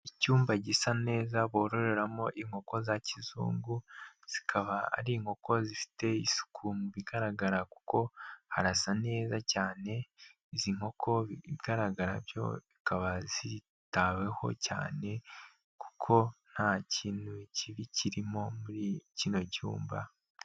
Icyumba gisa neza bororeramo inkoko za kizungu, zikaba ari inkoko zifite isuku mu bigaragara kuko harasa neza cyane, izi nkoko igaragara byo zikaba zitaweho cyane kuko nta kintu kibi kirimo muri kino cyumba.